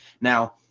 now